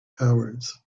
powers